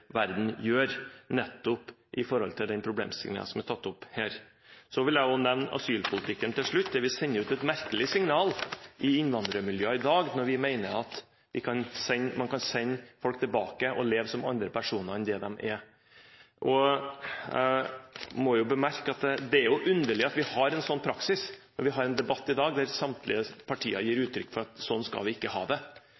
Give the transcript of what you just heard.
Verden gjør nettopp når det gjelder den problemstillingen som er tatt opp her. Jeg vil til slutt nevne asylpolitikken, der vi i dag sender ut et merkelig signal til innvandrermiljøene når vi mener at man kan sende folk tilbake for å leve som andre personer enn det de er. Jeg må bemerke at det er underlig at vi har en sånn praksis, når vi har en debatt i dag der samtlige partier gir